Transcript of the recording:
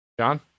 John